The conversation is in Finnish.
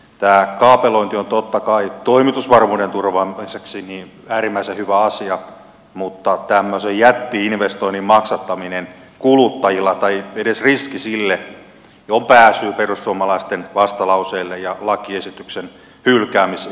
tämä kaapelointi on totta kai toimitusvarmuuden turvaamiseksi äärimmäisen hyvä asia mutta tämmöisen jätti investoinnin maksattaminen kuluttajilla tai edes riski siihen on pääsyy perussuomalaisten vastalauseelle ja lakiesityksen hylkäämisesitykselle